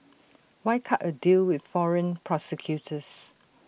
why cut A deal with foreign prosecutors